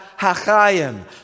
Hachayim